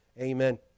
amen